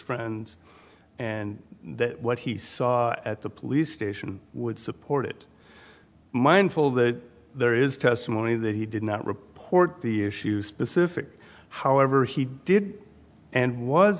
friends and that what he saw at the police station would support it mindful that there is testimony that he did not report the issues specific however he did and was